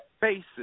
faces